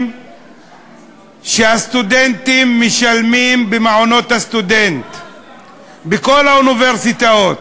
שהסטודנטים משלמים במעונות הסטודנטים בכל האוניברסיטאות.